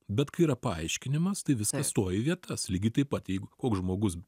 bet kai yra paaiškinimas tai visai stoja į vietas lygiai taip pat jeigu koks žmogus